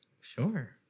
sure